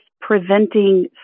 preventing